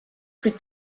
plus